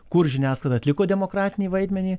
kur žiniasklaida atliko demokratinį vaidmenį